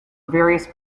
various